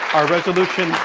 our resolution, yeah